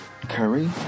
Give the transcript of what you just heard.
Curry